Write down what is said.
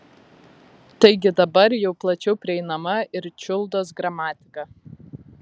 taigi dabar jau plačiau prieinama ir čiuldos gramatika